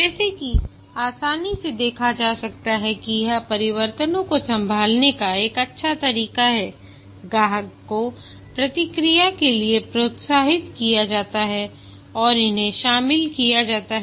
जैसा कि आसानी से देखा जा सकता है कि यह परिवर्तनों को संभालने का एक अच्छा तरीका है ग्राहक को प्रतिक्रिया के लिए प्रोत्साहित किया जाता है और इन्हें शामिल किया जाता है